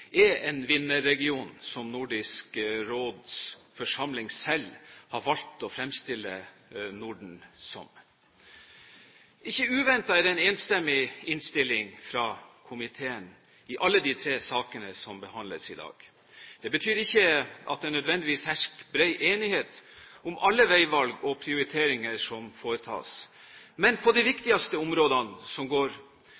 er en vinnerregion, som Nordisk Råds forsamling selv har valgt å fremstille Norden som. Ikke uventet er det en enstemmig innstilling fra komiteen i alle de tre sakene som behandles i dag. Det betyr ikke at det nødvendigvis hersker bred enighet om alle veivalg og prioriteringer som foretas, men på de